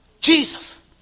Jesus